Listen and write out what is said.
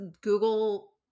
Google